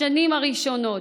השנים הראשונות,